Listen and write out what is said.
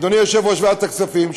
אדוני יושב-ראש ועדת הכספים,